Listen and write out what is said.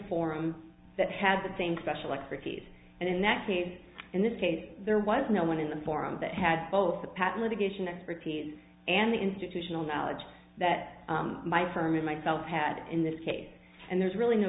forum that had the same special expertise and in that case in this case there was no one in the forum that had both the patent litigation expertise and the institutional knowledge that my firm and myself had in this case and there's really no